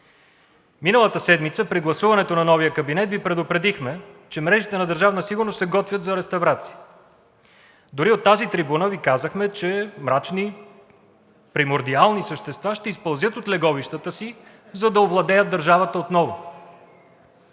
Миналата седмица при гласуването на новия кабинет Ви предупредихме, че мрежата на Държавна сигурност се готви за реставрация. Дори от тази трибуна Ви казахме, че мрачни примордиални същества ще изпълзят от леговищата си, за да овладеят държавата отново.